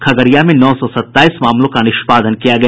खगड़िया में नौ सौ सत्ताईस मामलों का निष्पादन किया गया